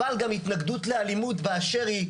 אבל גם התנגדות לאלימות באשר היא,